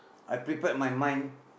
I prepared my mind